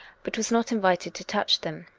but was not invited to touck them.